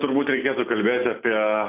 turbūt reikėtų kalbėt apie